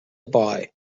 boy